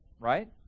right